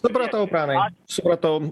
supratau pranai supratau